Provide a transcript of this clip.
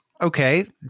okay